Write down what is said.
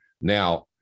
Now